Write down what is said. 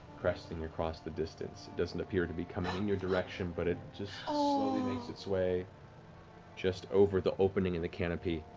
cresting across the distance. it doesn't appear to be coming in your direction, but it just slowly makes its way just over the opening in the canopy.